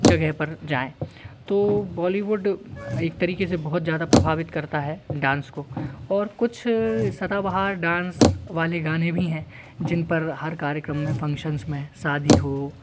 जगह पर जाएँ तो बॉलीवुड एक तरीके से बहुत ज्यादा प्रभावित करता है डांस को और कुछ सदाबहार डांस वाले गाने भी हैं जिन पर हर कार्यक्रम में फंक्शन्स में शादी हो